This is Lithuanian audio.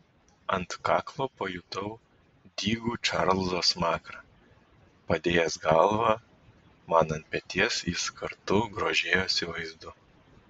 ant kaklo pajutau dygų čarlzo smakrą padėjęs galvą man ant peties jis kartu grožėjosi vaizdu